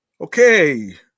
Okay